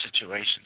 situations